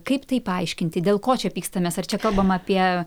kaip tai paaiškinti dėl ko čia pykstamės ar čia kalbam apie